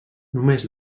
només